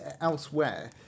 elsewhere